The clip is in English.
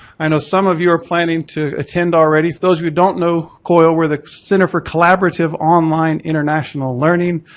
i know some of you are planning to attend already, for those who don't know coil, we're the center for collaborative online international learning.